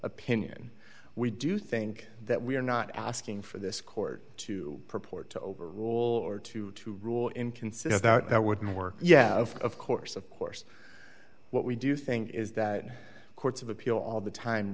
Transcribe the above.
opinion we do think that we are not asking for this court to purport to overrule or to to rule in consider that wouldn't work yeah of course of course what we do thing is that courts of appeal all the time